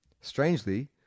Strangely